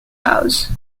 house